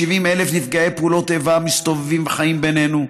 70,000 נפגעי פעולות איבה מסתובבים וחיים בינינו,